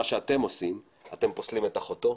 מה שאתם עושים זה אתם פוסלים את אחותו,